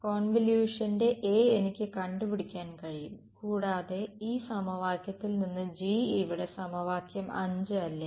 കോൺവൊല്യൂഷന്റെ A എനിക്ക് കണ്ടുപിടിക്കാൻ കഴിയും കൂടാതെ ഈ സമവാക്യത്തിൽ നിന്ന് G ഇവിടെ സമവാക്യം 5 അല്ലേ